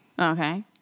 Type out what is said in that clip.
Okay